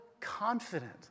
confident